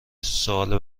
سوال